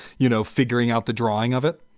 you know, figuring out the drawing of it?